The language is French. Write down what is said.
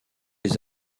les